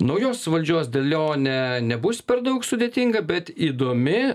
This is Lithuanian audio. naujos valdžios dėlionė nebus per daug sudėtinga bet įdomi